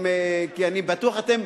אני בטוח שאתם,